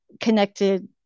connected